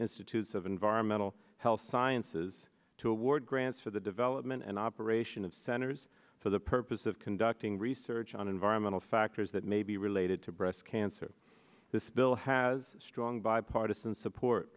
institutes of environmental health sciences to award grants for the development and operation of centers for the purpose of conducting research on environmental factors that may be related to breast cancer this bill has strong bipartisan support